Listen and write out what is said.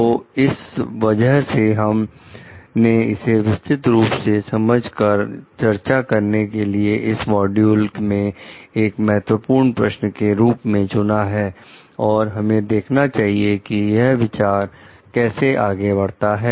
तो इस वजह से हम ने इसे विस्तार रूप से समझ कर चर्चा करने के लिए इस मॉड्यूल में एक महत्वपूर्ण प्रश्न के रूप में चुना है और हमें देखना चाहिए कि यह विचार कैसे आगे बढ़ता है